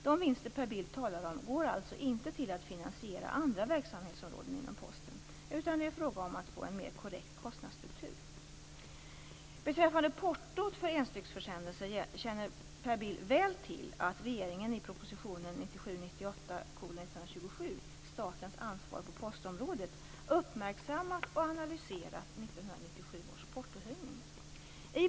De vinster Per Bill talar om går alltså inte till att finansiera andra verksamhetsområden inom Posten, utan det är fråga om att få en mer korrekt kostnadsstruktur.